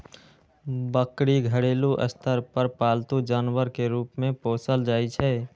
बकरी घरेलू स्तर पर पालतू जानवर के रूप मे पोसल जाइ छै